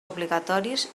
obligatoris